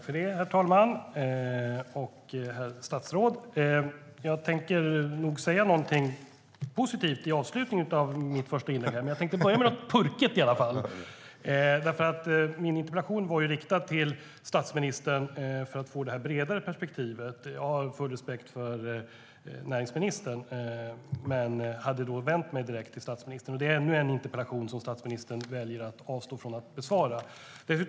Herr talman! Herr statsråd! Jag tänker nog säga någonting positivt i slutet av mitt första inlägg, men jag tänkte börja med något purket. Min interpellation var riktad till statsministern för att få det bredare perspektivet. Jag har full respekt för näringsministern, men jag hade vänt mig direkt till statsministern. Detta är ännu en interpellation som statsministern väljer att avstå från att besvara.